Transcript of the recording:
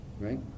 right